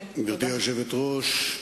גברתי היושבת-ראש,